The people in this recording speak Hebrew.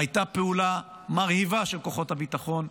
והייתה פעולה מרהיבה של כוחות הביטחון,